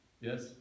Yes